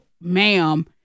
ma'am